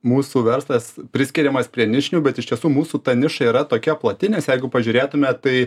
mūsų verslas priskiriamas prie nišinių bet iš tiesų mūsų ta niša yra tokia plati nes jeigu pažiūrėtume tai